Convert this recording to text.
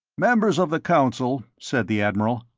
members of the council, said the admiral,